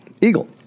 Eagle